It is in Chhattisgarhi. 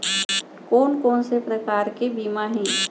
कोन कोन से प्रकार के बीमा हे?